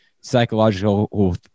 psychological